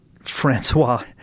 Francois